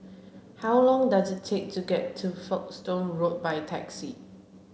how long does it take to get to Folkestone Road by taxi